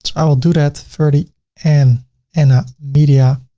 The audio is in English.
i will do that ferdy and anna media,